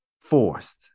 forced